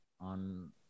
on